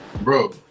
Bro